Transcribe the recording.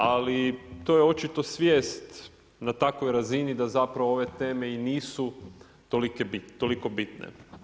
Ali, to je očito svijest na takvoj razini da zapravo ove teme nisu toliko bitne.